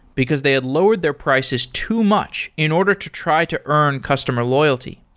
because they had lower their prices too much in order to try to earn customer loyalty.